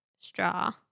straw